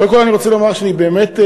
קודם כול אני רוצה לומר שאני באמת מתרגש,